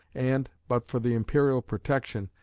and, but for the imperial protection,